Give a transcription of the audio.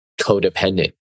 codependent